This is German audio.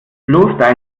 bloß